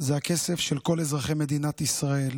זה הכסף של כל אזרחי מדינת ישראל.